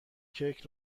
کیک